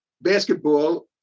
basketball